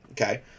Okay